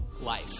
life